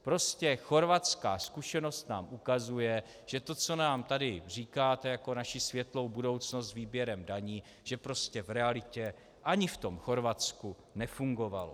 Prostě chorvatská zkušenost nám ukazuje, že to, co nám tady říkáte jako naši světlou budoucnost s výběrem daní, že prostě v realitě ani v tom Chorvatsku nefungovalo.